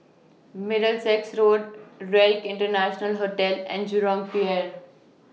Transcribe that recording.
Middlesex Road RELC International Hotel and Jurong Pier